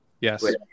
Yes